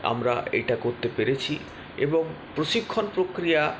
আমরা এটা করতে পেরেছি এবং প্রশিক্ষণ প্রক্রিয়া